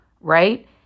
right